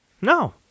No